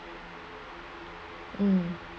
mm